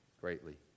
greatly